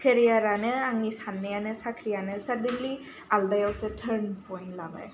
केरियारआनो आंनि साननायानो साख्रि आनो साडेनलि आलादा आवसो थार्न पयेन्त लाबाय